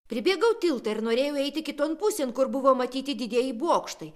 pribėgau tiltą ir norėjau eiti kiton pusėn kur buvo matyti didieji bokštai